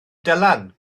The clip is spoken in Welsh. dylan